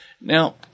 Now